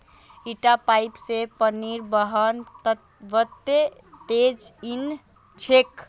इटा पाइप स पानीर बहाव वत्ते तेज नइ छोक